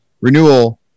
renewal